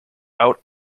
out